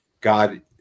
God